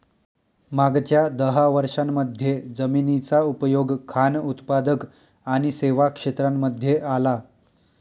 मागच्या दहा वर्षांमध्ये जमिनीचा उपयोग खान उत्पादक आणि सेवा क्षेत्रांमध्ये आला